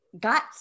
got